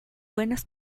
buenas